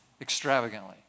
extravagantly